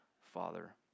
Father